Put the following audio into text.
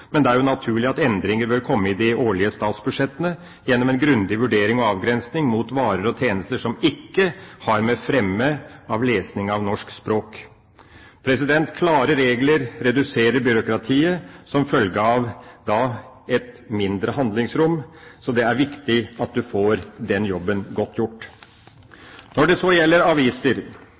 Men det er jo naturlig at endringer bør komme i de årlige statsbudsjettene, gjennom grundig vurdering og med avgrensning mot varer og tjenester som ikke har med fremme av lesning av norsk språk å gjøre. Klare regler reduserer byråkratiet som følge av et mindre handlingsrom, så det er viktig at en får gjort den jobben godt. Når det så gjelder aviser,